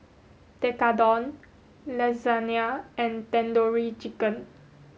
Tekkadon Lasagna and Tandoori Chicken